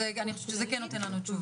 אוקיי, אז אני חושבת שזה כן נותן לנו תשובה.